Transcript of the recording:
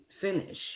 finish